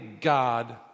God